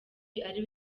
ari